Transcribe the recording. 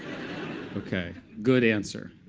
ok. good answer.